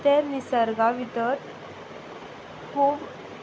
ते निसर्गा भितर खूब